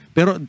Pero